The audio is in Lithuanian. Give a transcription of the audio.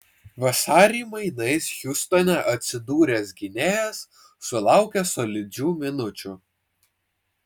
vasarį mainais hjustone atsidūręs gynėjas sulaukė solidžių minučių